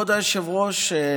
כבוד היושב-ראש,